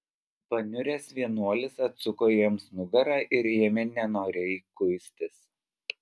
paniuręs vienuolis atsuko jiems nugarą ir ėmė nenoriai kuistis